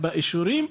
באישורים,